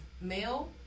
male